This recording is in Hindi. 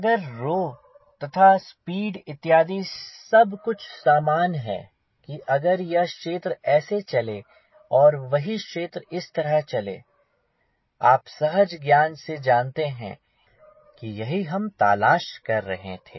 अगर तथा स्पीड इत्यादि सब कुछ सामान है कि अगर यह क्षेत्र ऐसे चले और वही क्षेत्र इस तरह चले आप सहज ज्ञान से जानते हैं कि यही हम तलाश रहे थे